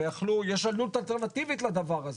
הרי יש עלות אלטרנטיבית לדבר הזה,